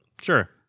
sure